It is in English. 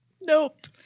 Nope